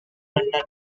london